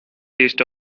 taste